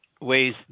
ways